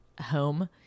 home